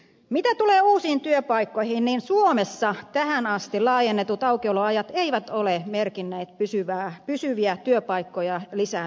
mitä tulee uusiin työpaikkoihin niin suomessa tähän asti laajennetut aukioloajat eivät ole merkinneet pysyvien työpaikkojen lisääntymistä